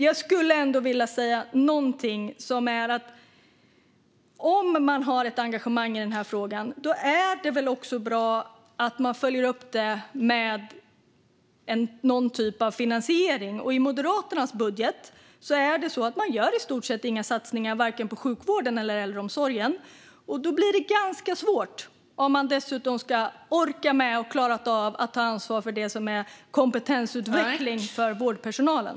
Jag skulle ändå vilja säga att om man har ett engagemang i den här frågan är det väl också bra om man följer upp det med någon typ av finansiering. I Moderaternas budget gör man i stort sett inga satsningar på vare sig sjukvården eller äldreomsorgen. Då blir det ganska svårt om man dessutom ska orka med och klara av att ta ansvar för det som är kompetensutveckling för vårdpersonalen.